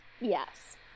Yes